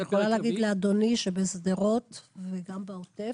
אני יכולה להגיד לאדוני שבשדרות, וגם בעוטף,